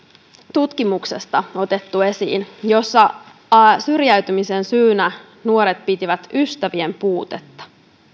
tutkimuksesta jossa syrjäytymisen syynä nuoret pitivät ystävien puutetta